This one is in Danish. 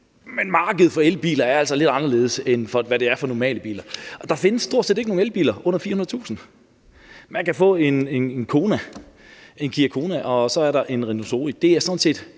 Men markedet for elbiler er altså lidt anderledes, end det er for normale biler. Der findes stort set ikke nogen elbiler under 400.000 kr. Man kan få en Kia Kona, og så er der en Renault ZOE.